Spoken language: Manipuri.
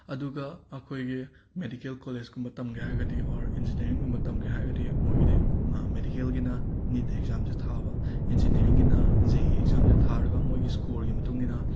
ꯑꯗꯨꯒ ꯑꯩꯈꯣꯏꯒꯤ ꯃꯦꯗꯤꯀꯦꯜ ꯀꯣꯂꯦꯁꯀꯨꯝꯕ ꯇꯝꯒꯦ ꯍꯥꯏꯔꯒꯗꯤ ꯑꯣꯔ ꯏꯟꯖꯤꯅꯤꯌꯔꯤꯡꯒꯨꯝꯕ ꯇꯝꯒꯦ ꯍꯥꯏꯔꯒꯗꯤ ꯃꯣꯏꯒꯤꯗ ꯃꯦꯗꯤꯀꯦꯜꯒꯤꯅ ꯅꯤꯠ ꯑꯦꯛꯖꯥꯝꯁꯦ ꯊꯥꯕ ꯏꯟꯖꯤꯅꯤꯌꯔꯤꯡꯒꯤꯅ ꯖꯦꯏ ꯑꯦꯛꯖꯝꯁꯦ ꯊꯥꯔꯒ ꯃꯣꯏꯒꯤ ꯁ꯭ꯀꯣꯔꯒꯤ ꯃꯇꯨꯡ ꯏꯟꯅ